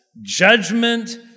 judgment